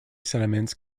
sediments